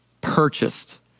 purchased